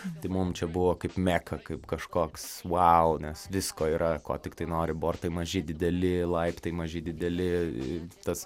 tai mum čia buvo kaip meka kaip kažkoks vau nes visko yra ko tiktai nori bortai maži dideli laiptai maži dideli tas